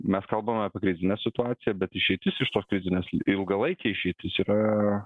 mes kalbame apie krizinę situaciją bet išeitis iš tos krizinės ilgalaikė išeitis yra